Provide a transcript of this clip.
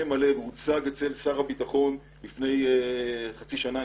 מלא והוצג אצל שר הביטחון לפני חצי שנה.